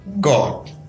God